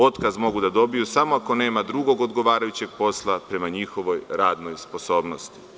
Otkaz mogu da dobiju samo ako nema drugog odgovarajućeg posla prema njihovoj radnoj sposobnosti.